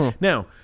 now